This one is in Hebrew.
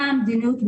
מה המדיניות,